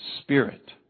Spirit